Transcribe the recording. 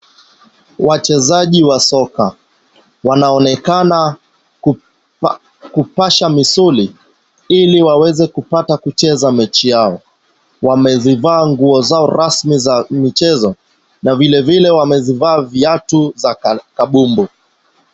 Wachezaji wa soka wanaonekana kupasha misuli ili waweze kupata kucheza mechi yao. Wamezivaa nguo zao rasmi za michezo na vilevile wamevaa viatu za kabumbu.